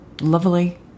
lovely